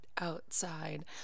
outside